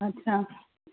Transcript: अच्छा